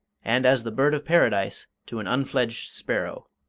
and as the bird of paradise to an unfledged sparrow.